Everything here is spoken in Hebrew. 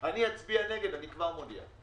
אני אצביע נגד אני כבר מודיע.